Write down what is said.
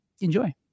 enjoy